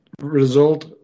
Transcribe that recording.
result